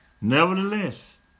Nevertheless